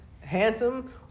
handsome